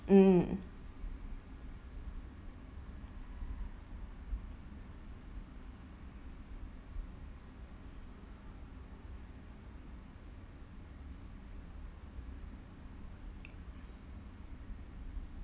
mm